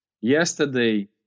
Yesterday